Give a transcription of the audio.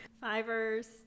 Fivers